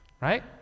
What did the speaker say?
right